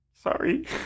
sorry